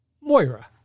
Moira